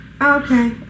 Okay